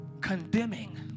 condemning